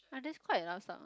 ah that's quite a lump sum ah